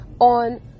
on